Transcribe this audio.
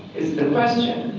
is the question.